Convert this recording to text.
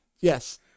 Yes